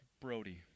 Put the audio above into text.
Brody